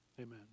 amen